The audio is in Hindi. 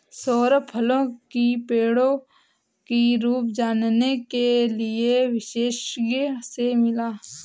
सौरभ फलों की पेड़ों की रूप जानने के लिए विशेषज्ञ से मिला